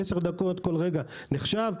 עשר דקות כל רגע, נחשב?